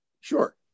Sure